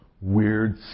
weird